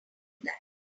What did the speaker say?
that